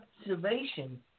observation